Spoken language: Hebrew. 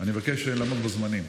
אני מבקש לעמוד בזמנים.